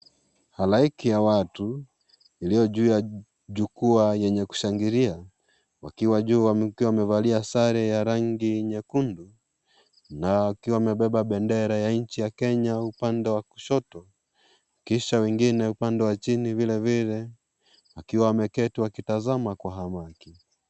Halaiki ya watu iliyo juu ya jukwaaa lenye kushangilia wakiwa juu wakiwa wamevalia sare ya rangi nyekundu na wakiwa wamebeba bendera ya nchi ya Kenya kwenye upande wa kushoto kisha wengine upande wa chini vile vile wakiwa wameketi wakitazama kwa hamaki.